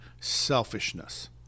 selfishness